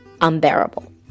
unbearable